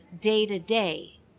day-to-day